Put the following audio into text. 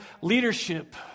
leadership